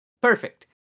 Perfect